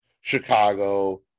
Chicago